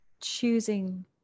choosing